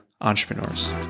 entrepreneurs